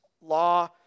law